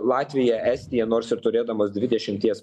latvija estija nors ir turėdamos dvidešimties